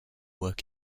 work